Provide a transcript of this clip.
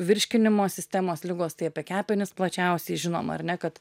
virškinimo sistemos ligos tai apie kepenis plačiausiai žinom ar ne kad